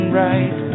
right